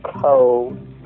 cold